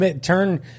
Turn